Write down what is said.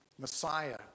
Messiah